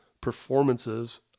performances